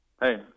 Hey